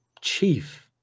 chief